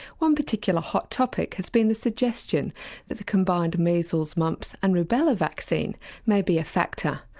one particular hot topic has been the suggestion that the combined measles mumps and rubella vaccine may be a factor.